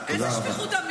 תודה רבה, תודה רבה.